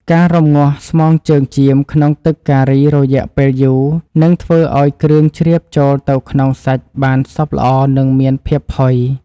ការរម្ងាស់ស្មងជើងចៀមក្នុងទឹកការីរយៈពេលយូរនឹងធ្វើឱ្យគ្រឿងជ្រាបចូលទៅក្នុងសាច់បានសព្វល្អនិងមានភាពផុយ។